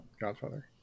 Godfather